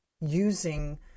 using